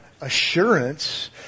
assurance